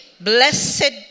Blessed